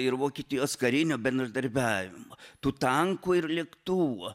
ir vokietijos karinio bendradarbiavimo tų tankų ir liktuvų